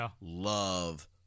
love